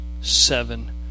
seven